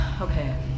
okay